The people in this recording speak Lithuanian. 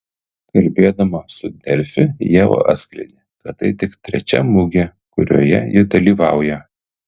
kalbėdama su delfi ieva atskleidė kad tai tik trečia mugė kurioje ji dalyvauja